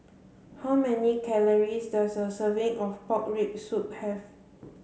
how many calories does a serving of pork rib soup have